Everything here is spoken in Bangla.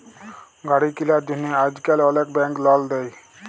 গাড়ি কিলার জ্যনহে আইজকাল অলেক ব্যাংক লল দেই